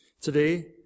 Today